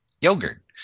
yogurt